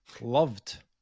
Loved